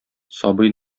сабый